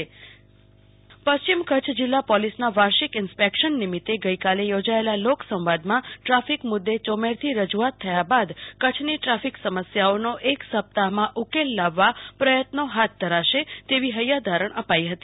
કલ્પના શાહ લોકસંવાદ કાર્યક્રમ પશ્ચિમ કચ્છ જીલ્લા પોલીસના વર્ષિક ઇન્સ્પેકશન નિમિત્તે ગઈકાલે યોજાયેલા લોકસંવાદમાં ટ્રાફિક મુદ્દે યોમેરથી રજૂઆત થયા બાદ કચ્છની ટ્રાફિક સમસ્યાઓનો એક સપ્તાહમાં ઉકેલ લાવવા પ્રથત્નો હાથ ધરાશે તેવી હૈયાધારણા અપાઈ હતી